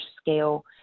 scale